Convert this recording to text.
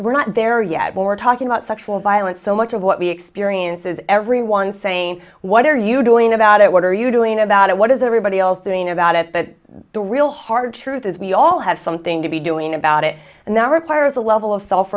we're not there yet when we're talking about sexual violence so much of what we experience is everyone saying what are you doing about it what are you doing about it what is everybody else doing about it but the real hard truth is we all have something to be doing about it and that requires a level of self